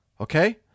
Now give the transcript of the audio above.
Okay